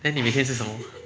then 你 leh 是什么